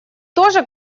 тоже